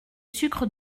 sucres